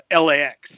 LAX